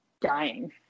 dying